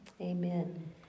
amen